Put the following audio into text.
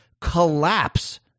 collapse